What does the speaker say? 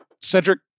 Cedric